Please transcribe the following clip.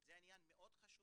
זה עניין מאוד חשוב,